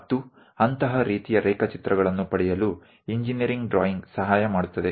ಮತ್ತು ಅಂತಹ ರೀತಿಯ ರೇಖಾಚಿತ್ರಗಳನ್ನು ಪಡೆಯಲು ಇಂಜಿನೀರಿಂಗ್ ಡ್ರಾಯಿಂಗ್ ಸಹಾಯ ಮಾಡುತ್ತದೆ